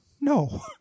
No